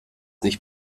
nicht